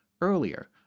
earlier